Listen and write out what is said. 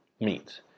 meat